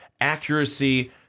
accuracy